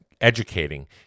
educating